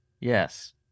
Yes